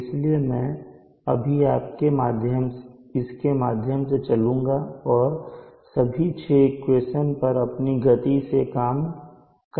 इसलिए मैं अभी इसके माध्यम से चलूंगा और सभी 6 इक्वेशन पर अपनी गति से काम कर सकते हैं